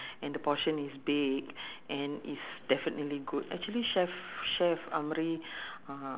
no no they only have the normal one uh and the big prawns and you and then you can have uh